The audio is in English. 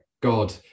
God